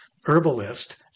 herbalist